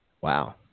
Wow